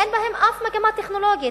אין בהם אף מגמה טכנולוגית.